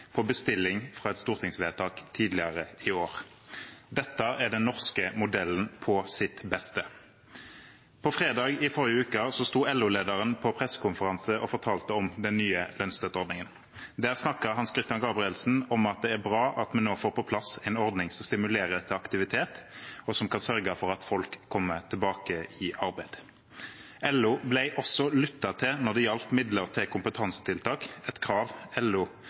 på bestilling fra et stortingsvedtak tidligere i år. Dette er den norske modellen på sitt beste. På fredag i forrige uke sto LO-lederen på en pressekonferanse og fortalte om den nye lønnsstøtteordningen. Der snakket Hans-Christian Gabrielsen om at det er bra at vi nå får på plass en ordning som stimulerer til aktivitet, og som kan sørge for at folk kommer tilbake i arbeid. LO ble også lyttet til når det gjaldt midler til kompetansetiltak, et krav LO